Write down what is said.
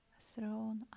thrown